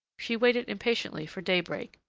she waited impatiently for daybreak,